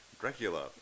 Dracula